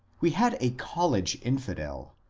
we had a college infidel,